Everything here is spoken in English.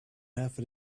have